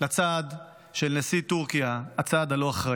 לצעד של נשיא טורקיה, הצעד הלא-אחראי.